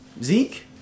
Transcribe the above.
Zeke